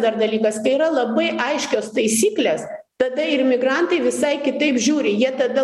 dar dalykas tai yra labai aiškios taisyklės tada ir migrantai visai kitaip žiūri jie tada